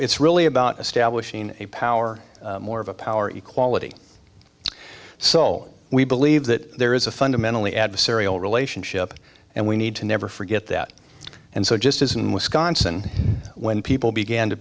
it's really about establishing a power more of a power equality so we believe that there is a fundamentally adversarial relationship and we need to never forget that and so just as in wisconsin when people began to